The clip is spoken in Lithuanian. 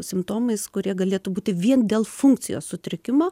simptomais kurie galėtų būti vien dėl funkcijos sutrikimo